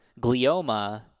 glioma